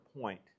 point